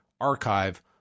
archive